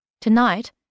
Tonight